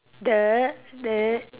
the the